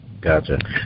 Gotcha